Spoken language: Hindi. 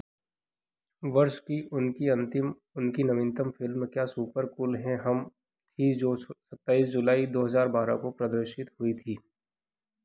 वर्ष की उनकी अंतिम उनकी नवीनतम फिल्म क्या सुपर कूल है हम थी जो सत्ताईस जुलाई दो हज़ार बारह को प्रदर्शित हुई थी